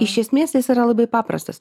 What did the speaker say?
iš esmės jis yra labai paprastas